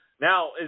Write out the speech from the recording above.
Now